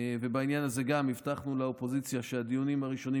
בעניין הזה הבטחנו לאופוזיציה שהדיונים הראשונים,